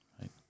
Right